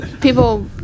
people